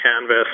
canvas